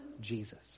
Jesus